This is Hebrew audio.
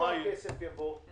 מאיפה הכסף יבוא?